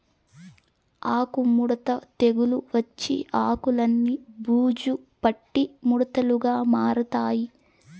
ఆకు ముడత తెగులు వచ్చి ఆకులన్ని బూజు పట్టి ముడతలుగా మారతాయి